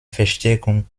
verstärkung